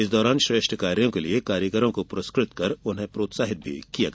इस दौरान श्रेष्ठ कार्यों के लिए कारीगरों को पुरस्कृत कर प्रोत्साहित किया गया